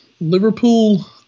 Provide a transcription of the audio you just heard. Liverpool